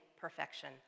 perfection